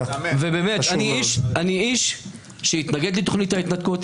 אני איש שהתנגד לתוכנית ההתנתקות,